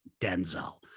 Denzel